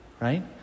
right